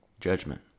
Judgment